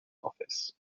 office